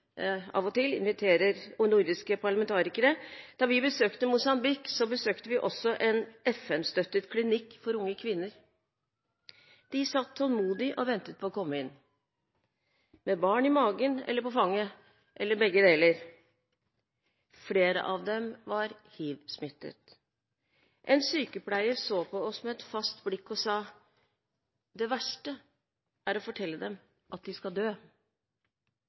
og til, de inviterer nordiske parlamentarikere med. Da vi besøkte Mosambik, besøkte vi også en FN-støttet klinikk for unge kvinner. De satt tålmodig og ventet på å komme inn, med barn i magen eller på fanget, eller begge deler. Flere av dem var hivsmittet. En sykepleier så på oss med et fast blikk og sa at det verste var å fortelle dem at de skal dø.